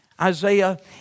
Isaiah